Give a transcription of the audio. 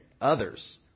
others